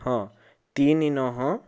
ହଁ ତିନି ନଅ